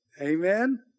Amen